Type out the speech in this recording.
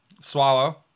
Swallow